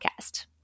podcast